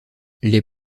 les